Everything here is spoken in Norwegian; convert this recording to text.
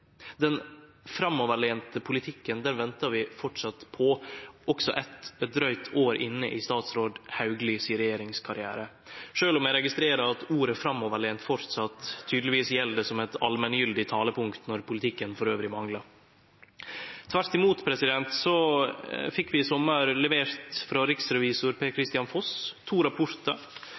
Den framoverlente politikken ventar vi framleis på, også eit drygt år inne i statsråd Hauglie sin regjeringskarriere, sjølv om eg registrerer at ordet «framoverlent» framleis tydelegvis gjeld som eit allmenngyldig talepunkt når politikken elles manglar. Tvert om fekk vi i sommar levert frå riksrevisor Per-Kristian Foss to rapportar